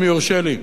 אם יורשה לי,